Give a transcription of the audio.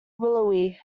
willowy